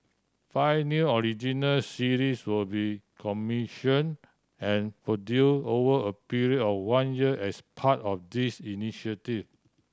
five new original series will be commission and produce over a period of one year as part of this initiative